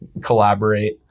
collaborate